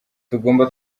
tugomba